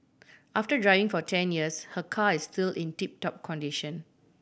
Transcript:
after driving for ten years her car is still in tip top condition